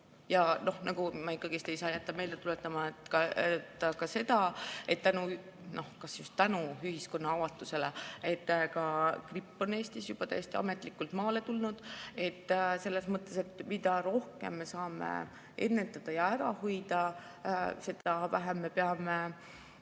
ei nurise. Ma ei saa jätta meelde tuletamata ka seda, et tänu ... noh, kas just tänu ühiskonna avatusele, aga ka gripp on Eestis juba täiesti ametlikult maale tulnud. Selles mõttes, et mida rohkem me saame ennetada ja ära hoida, seda vähem me peame